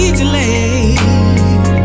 delayed